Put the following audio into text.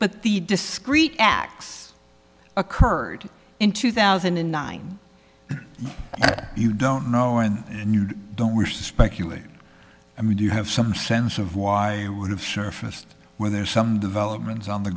but the discrete acts occurred in two thousand and nine and you don't know and you don't wish to speculate i mean do you have some sense of why i would have surfaced where there's some developments on the